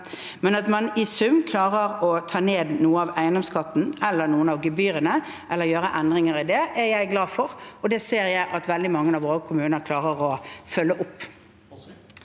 Det at man i sum klarer å ta ned noe av eiendomsskatten eller noen av gebyrene eller å gjøre endringer i det, er jeg glad for, og det ser jeg at veldig mange av våre kommuner klarer å følge opp.